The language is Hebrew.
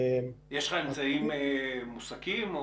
יש לך אמצעים מוסקים?